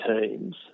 teams